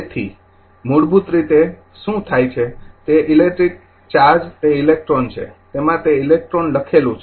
તેથી મૂળભૂત રીતે શું થાય છે તે ઇલેક્ટ્રીક ચાર્જ તે ઇલેક્ટ્રોન છે તેમાં તે ઇલેક્ટ્રોન લખેલું છે